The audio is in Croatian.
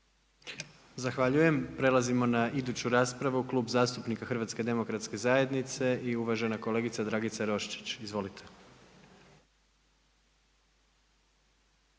Zahvaljujem. Prelazimo na iduću raspravu, Klub zastupnika HDZ-a i uvažena kolegica Dragica Roščić. Izvolite.